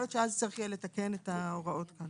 יכול להיות שאז צריך יהיה לתקן את ההוראות האלה.